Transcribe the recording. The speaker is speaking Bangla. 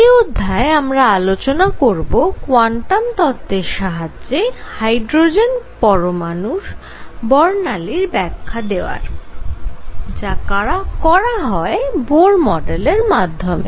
এই অধ্যায়ে আমরা আলোচনা করব কোয়ান্টাম তত্ত্বের সাহায্যে হাইড্রোজেন পরমাণুর বর্ণালীর ব্যাখ্যা দেওয়ার যা করা হয় বোর মডেলের মাধ্যমে